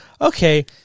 Okay